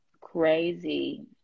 crazy